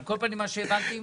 על כל פנים מה שהבנתי ממך,